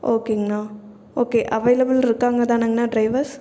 ஓகேங்ணா okay அவைலபிள்ருக்காங்கதானங்ணா drivers